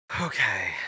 Okay